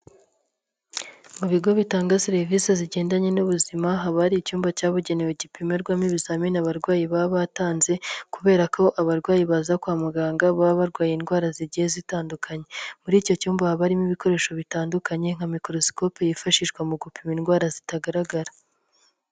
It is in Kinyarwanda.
Mu bigo bitanga serivisi zigendanye n'ubuzima haba hari icyumba cyabugenewe gipimirwamo ibizamini abarwayi baba batanze kubera ko abarwayi baza kwa muganga baba barwaye indwara zigiye zitandukanye. Muri icyo cyumba ha barimo ibikoresho bitandukanye, nka microscope yifashishwa mu gupima indwara zitagaragara.